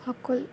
সকল্